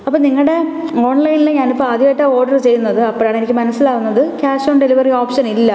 അപ്പോള് നിങ്ങളുടെ ഓൺലൈനിൽ ഞാൻ ഇപ്പോള് ആദ്യമായിട്ടാണ് ഓർഡർ ചെയ്യുന്നത് അപ്പോഴാണ് എനിക്ക് മനസിലാവുന്നത് ക്യാഷ് ഓൺ ഡെലിവറി ഓപ്ഷൻ ഇല്ല